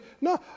No